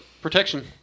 protection